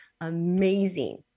amazing